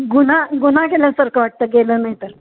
गुन्हा गुन्हा केल्यासारखं वाटतं गेलं नाही तर